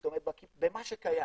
זאת אומרת במה שקיים,